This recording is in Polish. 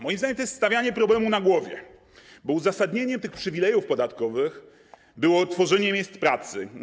Moim zdaniem to jest stawianie problemu na głowie, bo uzasadnieniem tych przywilejów podatkowych było tworzenie miejsc pracy.